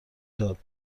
داد